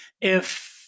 if-